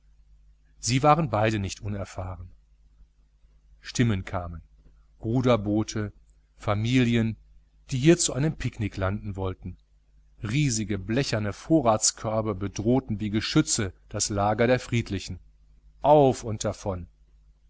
sie waren beide nicht unerfahren stimmen kamen ruderboote familien die hier zu einem picknick landen wollten riesige blecherne vorratskörbe bedrohten wie geschütze das lager der friedlichen auf und davon